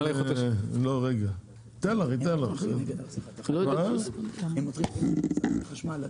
בתקווה, מהדיון הזה נגיע לדברים קצת רחבים יותר.